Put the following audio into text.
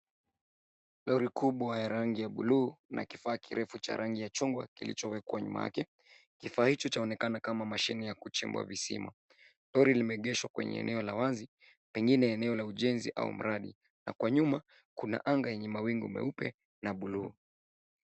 Lori kubwa ya rangi ya bluu na kifaa kirefu cha rangi ya chungwa kilicho wekwa nyuma yake kifaa hicho chaonekana kama mashini ya kuchimbua visima. Lori lime egeshwa kwenye eneo la wazi pengine eneo la ujenzi au mradi na kwa nyuma kuna anga yenye mawingu meupe na bluu.